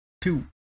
two